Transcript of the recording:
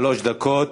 שלוש דקות.